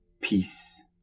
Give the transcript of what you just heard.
peace